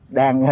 đang